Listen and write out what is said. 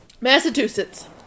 Massachusetts